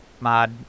mod